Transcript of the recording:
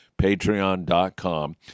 Patreon.com